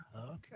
Okay